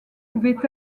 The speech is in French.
pouvaient